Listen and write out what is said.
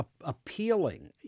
appealing